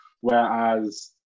Whereas